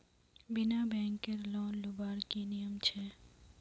बिना बैंकेर लोन लुबार की नियम छे?